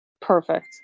Perfect